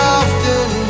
often